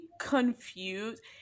confused